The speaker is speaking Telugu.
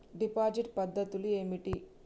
డిపాజిట్ పద్ధతులు ఏమిటి?